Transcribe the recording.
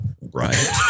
Right